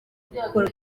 gukora